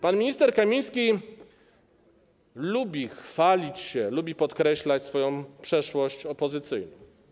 Pan minister Kamiński lubi chwalić się, lubi podkreślać swoją przeszłość opozycyjną.